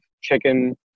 chicken